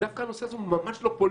דווקא הנושא הזה ממש לא פוליטי.